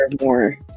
more